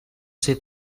ser